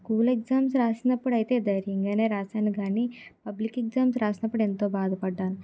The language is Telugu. స్కూల్ ఎగ్జామ్స్ రాసినప్పుడు అయితే ధైర్యంగానే రాసాను గాని పబ్లిక్ ఎగ్జామ్ రాసినప్పుడు ఎంతో బాధపడ్డాను